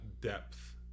depth